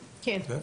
כן.